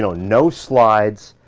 no no slides.